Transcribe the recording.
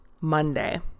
Monday